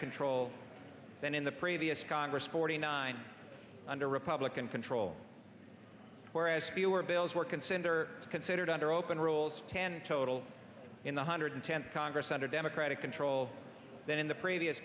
control than in the previous congress forty nine under republican control whereas fewer bills were consumed or considered under open rules ten total in the hundred tenth congress under democratic control than in the previous